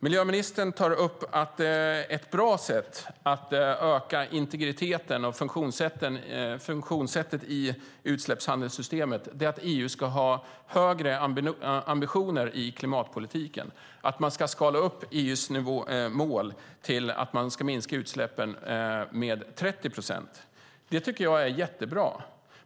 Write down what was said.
Miljöministern tar upp att ett bra sätt att öka integriteten och funktionssättet i utsläppshandelssystemet är att EU ska ha högre ambitioner i klimatpolitiken, att man ska skala upp EU:s mål till att minska utsläppen med 30 procent. Det tycker jag är jättebra.